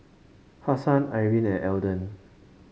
Hassan Irene and Elden